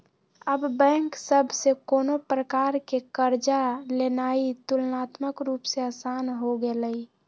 अब बैंक सभ से कोनो प्रकार कें कर्जा लेनाइ तुलनात्मक रूप से असान हो गेलइ